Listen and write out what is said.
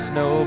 no